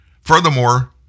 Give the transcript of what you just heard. Furthermore